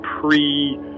pre